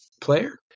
player